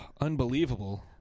unbelievable